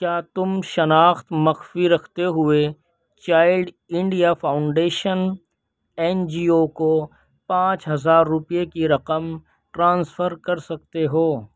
کیا تم شناخت مخفی رکھتے ہوئے child India foundation N G O کو پانچ ہزار روپیے کی رقم ٹرانسفر کر سکتے ہو